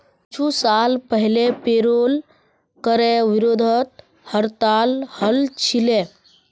कुछू साल पहले पेरोल करे विरोधत हड़ताल हल छिले